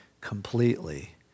completely